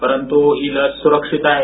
परंतु ही लस सुरक्षित आहे